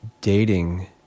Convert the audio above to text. dating